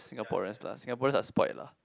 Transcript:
Singaporeans lah Singaporeans are spoilt lah